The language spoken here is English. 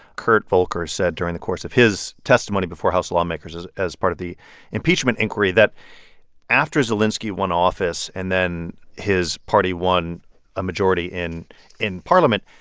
kurt volker, said during the course of his testimony before house lawmakers as as part of the impeachment inquiry that after zelenskiy won office and then his party won a majority in in parliament,